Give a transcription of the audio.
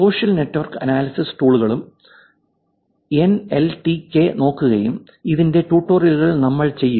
social network analysis ടൂളുകളും എൻഎൽടികെയും നോക്കുകയും ഇതിന്റെ ട്യൂട്ടോറിയലുകൾ നമ്മൾ ചെയ്യും